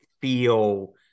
feel